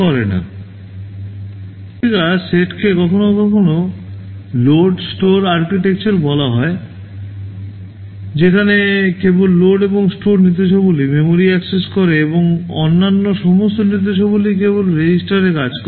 এই ধরণের নির্দেশিকা সেটকে কখনও কখনও লোড স্টোর আর্কিটেকচার বলা হয় যেখানে কেবল লোড এবং স্টোর নির্দেশাবলী মেমরি অ্যাক্সেস করে এবং অন্যান্য সমস্ত নির্দেশাবলী কেবল রেজিস্টারে কাজ করে